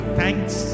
thanks